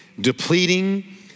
depleting